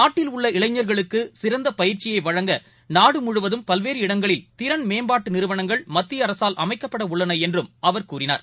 நாட்டில் உள்ள இளைஞர்களுக்குசிறந்தபயிற்சியைவழங்க நாடுமுழுவதும் பல்வேறு இடங்களில் திறன் மேம்பாட்டுநிறுவனங்கள் மத்தியஅரசால் அமைக்கப்படவுள்ளனஎன்றும் அவர் கூறினார்